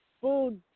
food